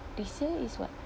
they say is what